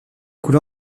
coule